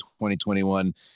2021